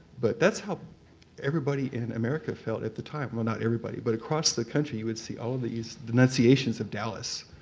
but that's how everybody in america felt at the time, well, not everybody, but across the country, you would see all of these denunciations of dallas.